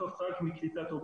חברת הכנסת פנינה תמנו שאטה.